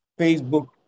Facebook